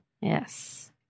Yes